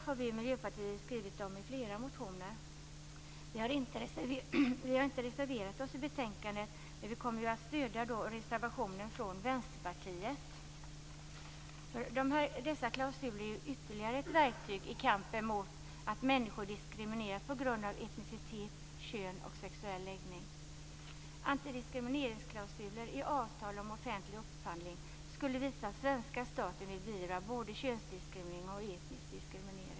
Vi i Miljöpartiet har i flera motioner skrivit om antidiskrimineringsklausuler. Vi har inte reserverat oss i betänkandet, men vi kommer att stödja reservationen från Vänsterpartiet. Dessa klausuler är ytterligare ett verktyg i kampen mot diskriminering av människor på grund av etnicitet, kön och sexuell läggning. Antidiskrimineringsklausuler i avtal om offentlig upphandling skulle visa att svenska staten vill beivra både könsdiskriminering och etnisk diskriminering.